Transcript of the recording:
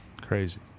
Crazy